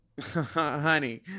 Honey